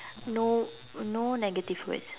no no negative words